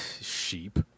Sheep